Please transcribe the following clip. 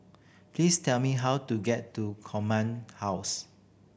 please tell me how to get to Command House